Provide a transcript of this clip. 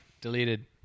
Deleted